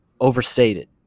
overstated